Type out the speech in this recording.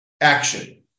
Action